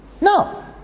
No